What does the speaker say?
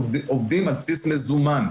עובדים על בסיס מזומן.